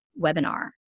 webinar